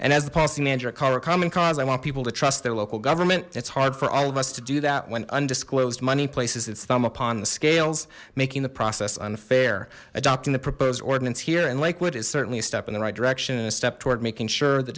cause i want people to trust their local government it's hard for all of us to do that when undisclosed money places its thumb upon the scales making the process unfair adopting the proposed ordinance here and lakewood is certainly a step in the right direction and a step toward making sure the